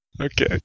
Okay